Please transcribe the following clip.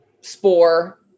spore